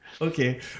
Okay